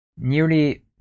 nearly